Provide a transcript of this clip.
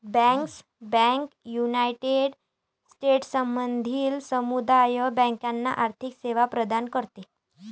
bankers bank united स्टेट्समधील समुदाय बँकांना आर्थिक सेवा प्रदान करते